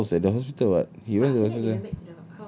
no at the house at the hospital [what] his wife was also there